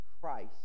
Christ